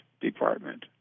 Department